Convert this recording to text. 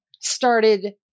started